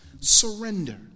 surrender